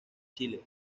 chile